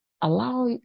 Allow